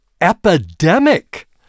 epidemic